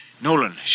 Nolan